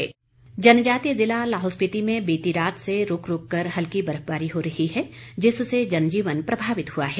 हिमपात जनजातीय जिला लाहौल स्पीति में बीती रात से रुक रुक कर हल्की बर्फबारी हो रही है जिससे जनजीवन प्रभावित हुआ है